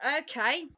okay